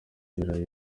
yaraye